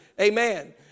amen